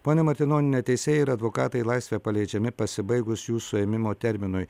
ponia martinoniene teisėjai ir advokatai į laisvę paleidžiami pasibaigus jų suėmimo terminui